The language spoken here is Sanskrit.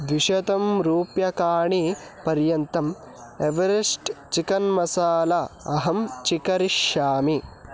द्विशतं रूप्यकाणि पर्यन्तम् एवरेस्ट् चिकन् मसाला अहं चिकीर्ष्यामि